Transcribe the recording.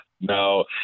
No